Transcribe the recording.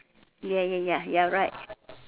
ya ya ya you're right